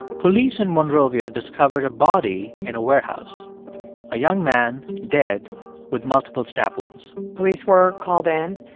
police in monrovia discovered a body in a warehouse a young man dead with multiple stab wounds police were called in,